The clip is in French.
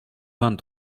vingt